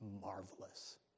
marvelous